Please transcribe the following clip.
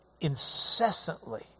incessantly